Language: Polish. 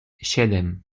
siedem